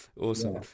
Awesome